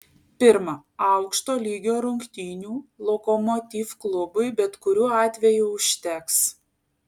pirma aukšto lygio rungtynių lokomotiv klubui bet kuriuo atveju užteks